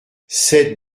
sept